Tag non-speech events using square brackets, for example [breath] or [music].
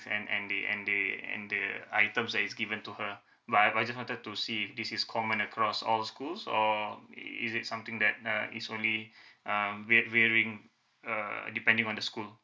and and they and they and the items that is given to her but I I just wanted to see if this is common across all schools or is it something that uh is only [breath] um va~ varying err depending on the school